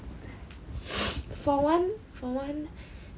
for one for one